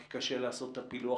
כי קשה לעשות את הפילוח,